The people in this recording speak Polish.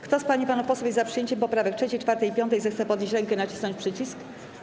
Kto z pań i panów posłów jest za przyjęciem poprawek 3., 4. i 5., zechce podnieść rękę i nacisnąć przycisk.